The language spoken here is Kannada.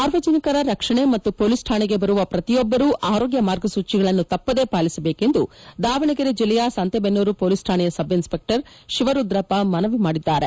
ಸಾರ್ವಜನಿಕರ ರಕ್ಷಣೆ ಮತ್ತು ಪೊಲೀಸ್ ಕಾಣಿಗೆ ಬರುವ ಪ್ರತಿಯೊಬ್ಲರು ಆರೋಗ್ಯ ಮಾರ್ಗಸೂಚಿಗಳನ್ನು ತಪ್ಪದೇ ಪಾಲಿಸಬೇಕು ಎಂದು ದಾವಣೆಗೆರೆ ಜಿಲ್ಲೆಯ ಸಂತೇಬೆನ್ನೂರು ಮೊಲೀಸ್ ಕಾಣೆಯ ಸಬ್ಇನ್ಸ್ಹೆಕ್ಸರ್ ಶಿವರುದ್ರಪ್ಪ ಮನವಿ ಮಾಡಿದ್ದಾರೆ